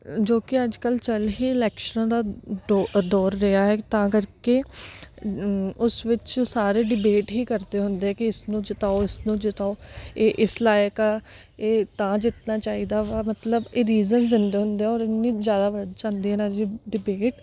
ਜੋ ਕਿ ਅੱਜ ਕੱਲ੍ਹ ਚੱਲ ਹੀ ਇਲੈਕਸ਼ਨਾਂ ਦਾ ਦੌ ਦੌਰ ਰਿਹਾ ਹੈ ਤਾਂ ਕਰਕੇ ਉਸ ਵਿੱਚ ਸਾਰੇ ਡਿਬੇਟ ਹੀ ਕਰਦੇ ਹੁੰਦੇ ਕਿ ਇਸਨੂੰ ਜਿਤਾਓ ਇਸਨੂੰ ਜਿਤਾਓ ਇਹ ਇਸ ਲਾਇਕ ਆ ਇਹ ਤਾਂ ਜਿੱਤਣਾ ਚਾਹੀਦਾ ਵਾ ਮਤਲਬ ਇਹ ਰੀਜ਼ਨ ਦਿੰਦੇ ਹੁੰਦੇ ਆ ਔਰ ਐਨੀ ਜ਼ਿਆਦਾ ਵੱਧ ਜਾਂਦੀ ਹੈ ਇਹਨਾਂ ਦੀ ਡਿਬੇਟ